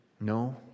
No